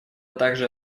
также